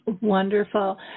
Wonderful